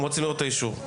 הם רוצים לראות את האישור.